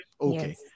Okay